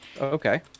okay